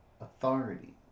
Authority